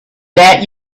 that